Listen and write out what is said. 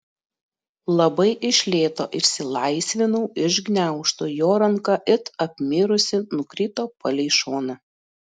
labai iš lėto išsilaisvinau iš gniaužtų jo ranka it apmirusi nukrito palei šoną